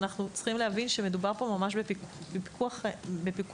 אנחנו צריכים להבין שמדובר פה ממש בפיקוח נפש,